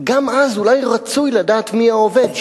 גם אז אולי רצוי לדעת מי העובד,